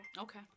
Okay